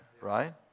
right